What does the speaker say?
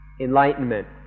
enlightenment